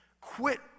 Quit